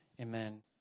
Amen